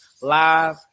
live